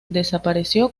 desapareció